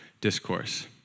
discourse